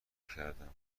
کردم